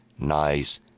nice